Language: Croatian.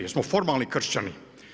Jesmo formalni kršćani?